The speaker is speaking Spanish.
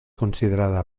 considerada